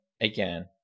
again